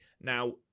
Now